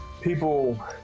People